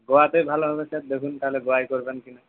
গোয়াতেই ভালো হবে স্যার দেখুন তাহলে গোয়ায় করবেন কি না